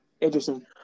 Interesting